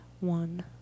one